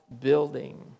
building